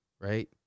right